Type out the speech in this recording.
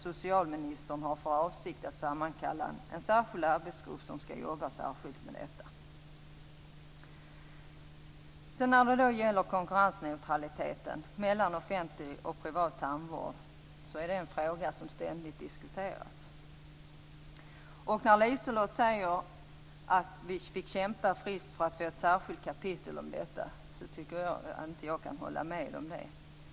Socialministern har för avsikt att sammankalla en särskild arbetsgrupp som skall jobba speciellt med detta. Konkurrensneutraliteten mellan offentlig och privat tandvård är en fråga som ständigt diskuteras. När Liselotte Wågö säger att de fick kämpa friskt för att få ett särskilt kapitel om detta tycker inte jag att jag kan hålla med om det.